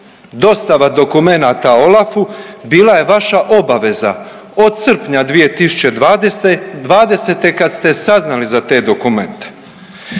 dostava dokumenata OLAF-u bila je vaša obaveza od srpnja 2020. kad ste saznali za te dokumente.